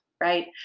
right